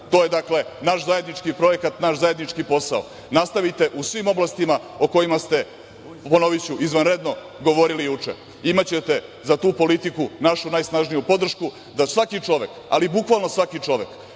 to je, dakle, naš zajednički projekat, naš zajednički posao. Nastavite u svim oblastima o kojima ste, ponoviću, izvanredno govorili juče. Imaćete za tu politiku našu najsnažniju podršku, da svaki čovek, ali bukvalno svaki čovek,